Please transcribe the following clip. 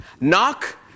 Knock